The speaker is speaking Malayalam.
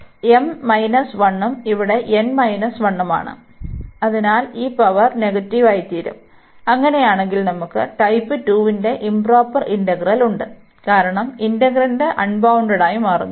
അതിനാൽ ഇവിടെ m 1 ഉം ഇവിടെ n 1 ഉം ആണ് അതിനാൽ ഈ പവർ നെഗറ്റീവ് ആയിത്തീരും അങ്ങനെയാണെങ്കിൽ നമുക്ക് ടൈപ്പ് 2 ന്റെ ഇoപ്രോപ്പർ ഇന്റഗ്രൽ ഉണ്ട് കാരണം ഇന്റഗ്രന്റ അൺബൌൺണ്ടഡായി മാറുന്നു